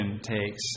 takes